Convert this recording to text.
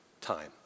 time